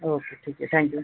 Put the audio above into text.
okay ठीक आहे thank you